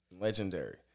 Legendary